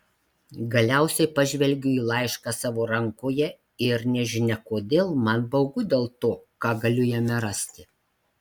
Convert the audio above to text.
galiausiai pažvelgiu į laišką savo rankoje ir nežinia kodėl man baugu dėl to ką galiu jame rasti